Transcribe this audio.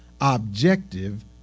objective